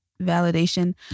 validation